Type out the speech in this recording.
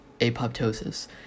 apoptosis